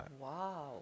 Wow